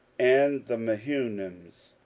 and the mehunims.